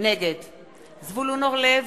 זבולון אורלב,